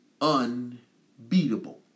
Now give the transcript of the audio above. unbeatable